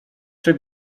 czy